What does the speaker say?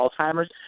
Alzheimer's